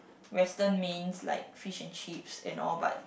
western mains like fish and chips and all but